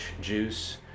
juice